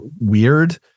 weird